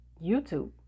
YouTube